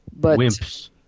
Wimps